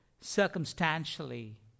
circumstantially